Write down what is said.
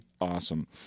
awesome